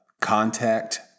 Contact